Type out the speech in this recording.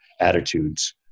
attitudes